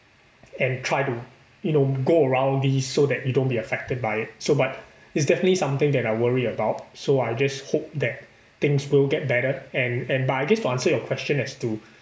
and try to you know go around this so that you don't be affected by it so but it's definitely something that I worry about so I just hope that things will get better and and but I guess to answer your question as to